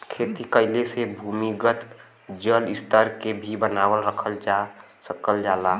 खेती कइले से भूमिगत जल स्तर के भी बनावल रखल जा सकल जाला